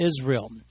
Israel